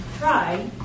try